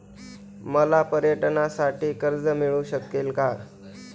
मला पर्यटनासाठी कर्ज मिळू शकेल का?